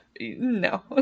No